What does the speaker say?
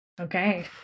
Okay